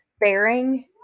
bearing